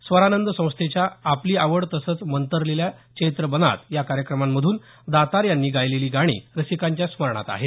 स्वरानंद संस्थेच्या आपली आवड तसंच मंतरलेल्या चैत्रबनात या कार्यक्रमांतून दातार यांनी गायलेली गाणी रसिकांच्या स्मरणात आहेत